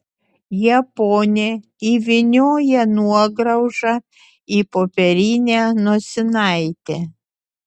japonė įvynioja nuograužą į popierinę nosinaitę